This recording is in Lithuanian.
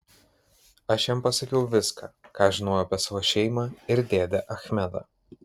aš jam pasakiau viską ką žinojau apie savo šeimą ir dėdę achmedą